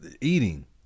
eating